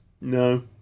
No